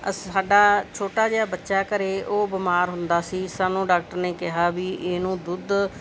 ਅਸੀਂ ਸਾਡਾ ਛੋਟਾ ਜਿਹਾ ਬੱਚਾ ਹੈ ਘਰੇ ਉਹ ਬਿਮਾਰ ਹੁੰਦਾ ਸੀ ਸਾਨੂੰ ਡਾਕਟਰ ਨੇ ਕਿਹਾ ਵੀ ਇਹਨੂੰ ਦੁੱਧ